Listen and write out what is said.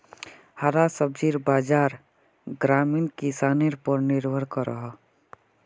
हरा सब्जिर बाज़ार ग्रामीण किसनर पोर निर्भर करोह